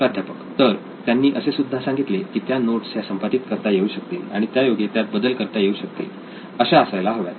प्राध्यापक तर त्यांनी असे सुद्धा सांगितले की त्या नोट्स ह्या संपादित करता येऊ शकतील आणि त्यायोगे त्यात बदल करता येऊ शकतील अशा असायला हव्यात